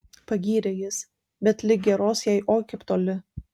pagyrė jis bet lig geros jai oi kaip toli